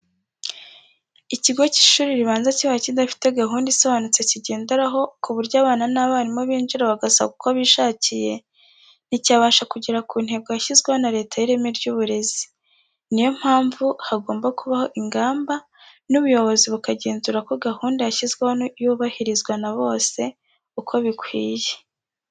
Ikigo cy'ishuri ribanza kibaye kidafite gahunda isobanutse kigenderaho ku buryo abana n'abarimu binjira bagasohoka uko bishakiye, nticyabasha kugera ku ntego yashyizweho na leta y'ireme ry'uburezi, ni yo mpamvu hagomba kubaho ingamba, n'ubuyobozi bukagenzura ko gahunda yashyizweho yubahirizwa na bose, uko bikwiye.